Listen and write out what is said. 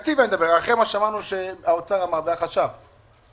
אחרי מה ששמענו שמשרד האוצר והחשב אמרו,